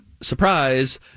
surprise